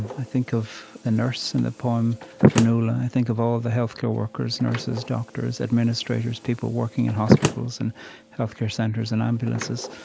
i think of the nurse in the poem, fionnuala i think of all the healthcare workers, nurses, doctors, administrators, people working in hospitals and healthcare centers, and ambulances,